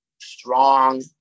strong